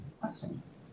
questions